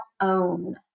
own